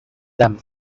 them